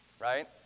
right